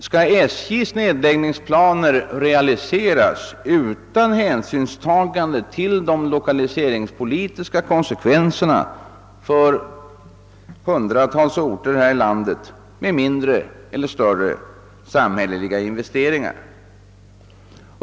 Skall SJ:s nedläggningsplaner = realiseras utan hänsynstagande till de lokaliseringspolitiska konsekvenserna för hundratals orter här i landet med mindre eller större samhälleliga investeringar?